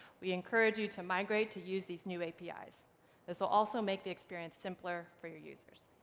we encourage you to migrate to use these new apis. this will also make the experience simpler for your users.